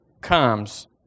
comes